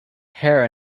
hare